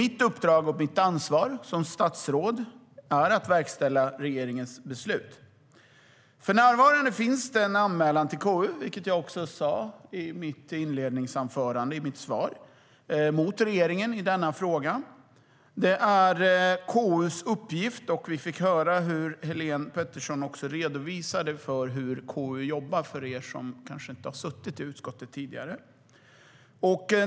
Mitt uppdrag och mitt ansvar som statsråd är att verkställa regeringens beslut. För närvarande finns det en anmälan till KU mot regeringen i denna fråga, vilket jag också sade i mitt svar. Vi fick även höra Helene Petersson redovisa hur KU jobbar för er som kanske inte har suttit i detta utskott.